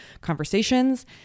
conversations